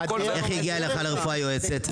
איך היא הגיעה אלייך לרפואה יועצת?